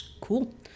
Cool